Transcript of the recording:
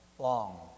long